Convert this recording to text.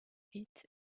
vite